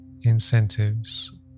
incentives